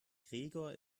gregor